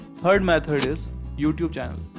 third method is youtube channel